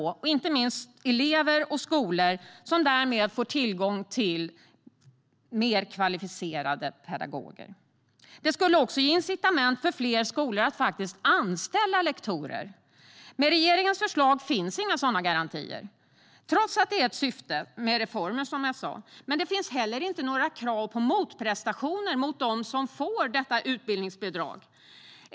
Det gäller inte minst elever och skolor som därmed får tillgång till mer kvalificerade pedagoger. Det skulle också ge incitament för fler skolor att faktiskt anställa lektorer. Med regeringens förslag finns inga sådana garantier trots att det är ett syfte med reformen, som jag sa. Det finns heller inte några krav på motprestationer från dem som får detta utbildningsbidrag.